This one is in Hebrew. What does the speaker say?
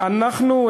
אנחנו,